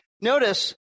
Notice